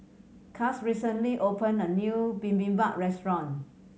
Cass recently opened a new Bibimbap Restaurant